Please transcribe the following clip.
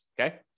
Okay